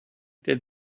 did